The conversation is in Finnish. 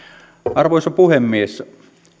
arvoisa puhemies